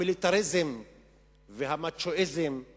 המיליטריזם והמאצ'ואיזם הם